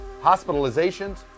hospitalizations